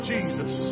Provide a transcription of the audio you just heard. Jesus